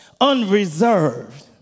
unreserved